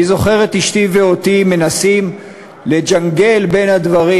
אני זוכר את אשתי ואותי מנסים לג'נגל בין הדברים,